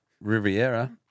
Riviera